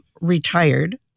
retired